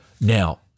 Now